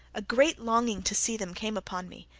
a great longing to see them came upon me,